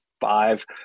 five